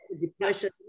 depression